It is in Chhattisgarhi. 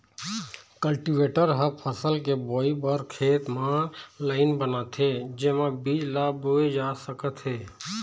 कल्टीवेटर ह फसल के बोवई बर खेत म लाईन बनाथे जेमा बीज ल बोए जा सकत हे